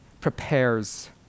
prepares